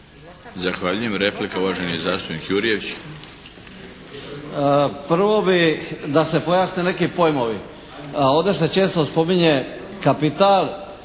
Zahvaljujem. Replika uvaženi zastupnik Jurjević.